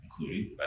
including